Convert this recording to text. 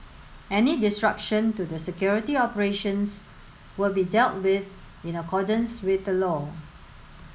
any disruption to the security operations will be dealt with in accordance with the law